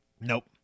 Nope